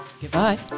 Goodbye